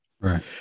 Right